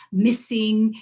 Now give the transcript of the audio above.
missing,